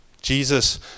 Jesus